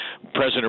President